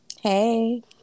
Hey